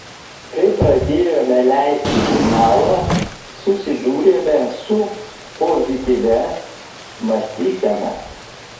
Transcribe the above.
kai pradėjome leisti žurnalą susidūrėme su pozityvia mąstysena